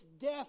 death